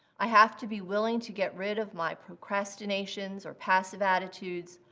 i have to be willing to get rid of my procrastination or passive attitudes.